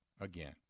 again